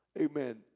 amen